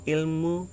Ilmu